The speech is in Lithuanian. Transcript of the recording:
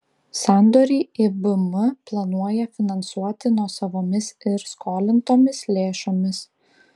sandorį ibm planuoja finansuoti nuosavomis ir skolintomis lėšomis